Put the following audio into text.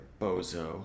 bozo